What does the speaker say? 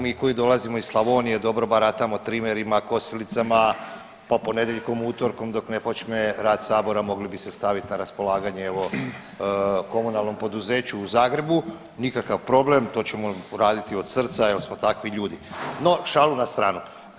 Mi koji dolazimo iz Slavonije dobro baratamo trimerima, kosilicama, pa ponedjeljkom, utorkom dok ne počne rad sabora mogli bi se stavit na raspolaganje evo komunalnom poduzeću u Zagrebu, nikakav problem, to ćemo uraditi od srca jel smo takvi ljudi, no šalu na stranu.